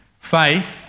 faith